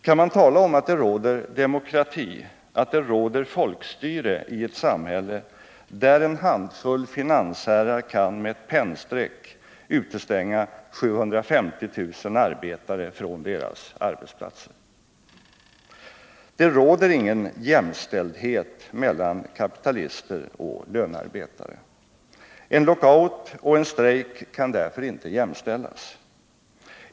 Kan man tala om att det råder demokrati, att det råder folkstyre, i ett samhälle där en handfull finansherrar med ett pennstreck kan utestänga 750 000 arbetare från deras arbetsplatser? Det råder ingen jämställdhet mellan kapitalister och lönarbetare. En lockout och en strejk kan därför inte jämställas.